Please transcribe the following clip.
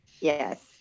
Yes